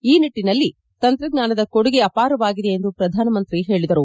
ಈ ನಿಟ್ಟಿನಲ್ಲಿ ತಂತ್ರಜ್ಞಾನದ ಕೊಡುಗೆ ಅಪಾರವಾಗಿದೆ ಎಂದು ಪ್ರಧಾನಮಂತ್ರಿ ಹೇಳಿದರು